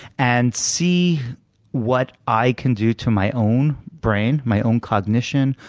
and see what i can do to my own brain, my own cognition,